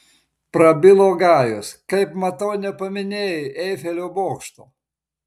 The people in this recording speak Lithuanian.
prabilo gajus kaip matau nepaminėjai eifelio bokšto